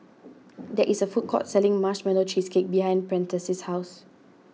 there is a food court selling Marshmallow Cheesecake behind Prentice's house